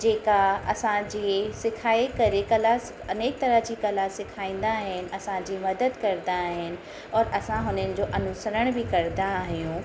जेका असांजे सिखाए करे कला अनेक तरह जी कला सेखाईंदा आहिनि असांजी मदद कंदा आहिनि औरि असां हुननि जो अनुसरण बि कंदा आहियूं